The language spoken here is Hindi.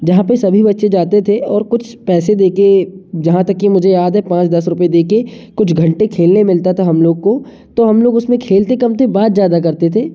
जहाँ पे सभी बच्चे जाते थे और कुछ पैसे दे के जहाँ तक कि मुझे याद है पाँच दस रुपये दे के कुछ घंटे खेलने मिलता था हम लोग को तो हम लोग उसमें खेलते कम थे बात ज़्यादा करते थे